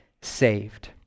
saved